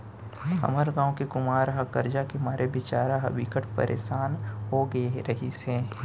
हमर गांव के कुमार ह करजा के मारे बिचारा ह बिकट परसान हो गे रिहिस हे